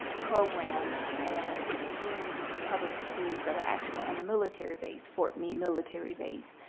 program on two public schools that are actually on the military base, fort meade military base.